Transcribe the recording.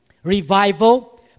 Revival